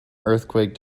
earthquake